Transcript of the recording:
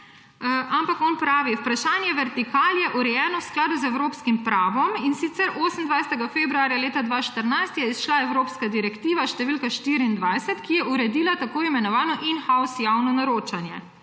On pravi: »Vprašanje vertikal je urejeno v skladu z evropskim pravom, in sicer, 28. februarja leta 2014 je izšla evropska direktiva številka 24, ki je uredila tako imenovano »in house« javno naročanje.